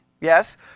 yes